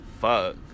fuck